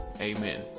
amen